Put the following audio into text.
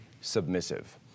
submissive